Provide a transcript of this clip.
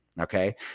Okay